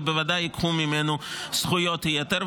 ובוודאי ייקחו ממנו זכויות יתר.